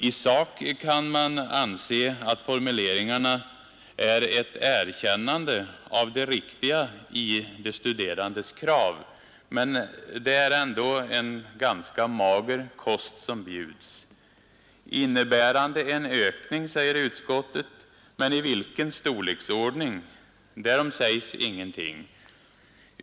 I sak kan man anse att formuleringarna är ett erkännande av det riktiga i de studerandes krav, men det är ändå en ganska mager kost som bjuds. ”Innebärande en ökning” säger utskottet — men i vilken storleksordning? Därom sägs ingenting.